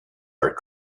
are